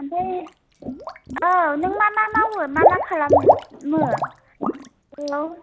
आमफ्राय औ नों मा मा मावो मा मा खालामो औ